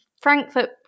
Frankfurt